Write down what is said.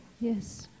Yes